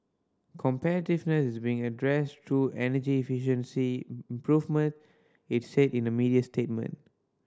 competitiveness is be addressed through energy efficiency improvement it said in a media statement